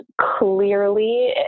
clearly